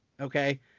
okay